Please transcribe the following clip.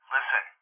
Listen